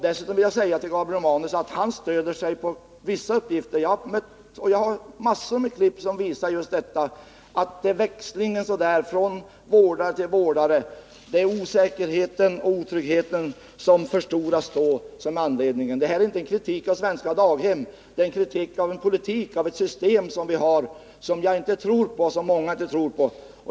Dessutom vill jag säga till Gabriel Romanus att han stöder sig på vissa uppgifter men att jag har massor av artiklar som visar just detta, att det är växlingen från vårdare till vårdare och osäkerheten och otryggheten som då förstoras som är anledningen till barnens svårigheter. Detta är inte någon kritik av svenska daghem — det är kritik av ett system som vi har och som jag och många andra inte tror på.